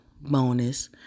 bonus